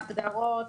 ההגדרות,